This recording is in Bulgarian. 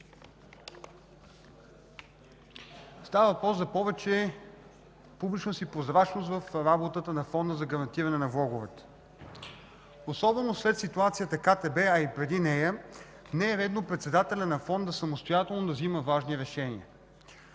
става въпрос за повече публичност и прозрачност в работата на Фонда за гарантиране на влоговете. Особено след ситуацията „КТБ”, а и преди нея, не е редно председателят на Фонда самостоятелно да взима важни решения.